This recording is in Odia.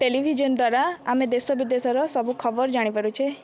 ଟେଲିଭିଜନ୍ ଦ୍ଵାରା ଆମେ ଦେଶ ବିଦେଶର ସବୁ ଖବର ଜାଣି ପାରୁଛୁ